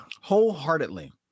Wholeheartedly